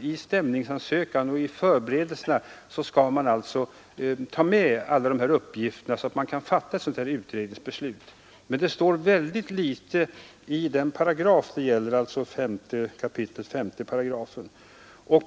i stämningsansökan och i förberedelsearbetet skall ta med alla uppgifter som kan bilda underlag för ett utredningsbeslut. Men det står mycket litet i den paragraf det gäller, 5 kap. 5 3.